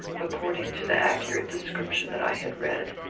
according to the accurate description that i had read.